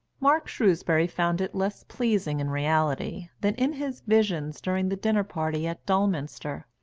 mark shrewsbury found it less pleasing in reality than in his visions during the dinner party at dulminster.